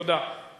תודה.